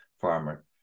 farmer